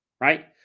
right